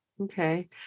Okay